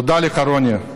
תודה לך, רוני.